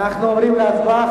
אנחנו עוברים להצבעה.